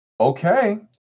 Okay